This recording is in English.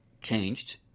changed